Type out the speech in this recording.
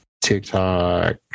TikTok